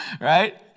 Right